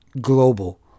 global